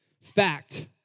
Fact